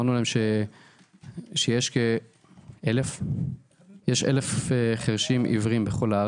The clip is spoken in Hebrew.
אמרנו להם שיש כ-1,000 חירשים עיוורים בכל הארץ,